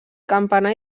campanar